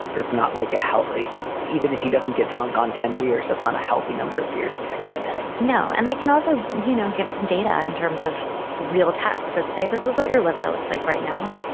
that's not like a healthy even if he doesn't get drunk on ten beers, that's not a healthy number of beers to drink in a day no. and they can also, you know, give some data in terms of real tests that say this is what your liver looks like right now.